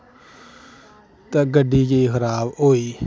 ते गड्डी गेई खराब होई